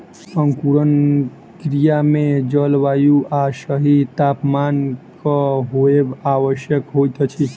अंकुरण क्रिया मे जल, वायु आ सही तापमानक होयब आवश्यक होइत अछि